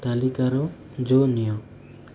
ତାଲିକାର ଜୋ ନିଅ